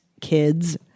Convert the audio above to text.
kids